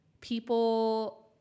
people